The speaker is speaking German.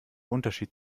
unterschied